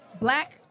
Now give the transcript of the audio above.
black